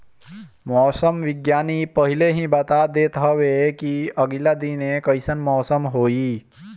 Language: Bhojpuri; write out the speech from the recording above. मौसम विज्ञानी पहिले ही बता देत हवे की आगिला दिने कइसन मौसम होई